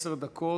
עשר דקות.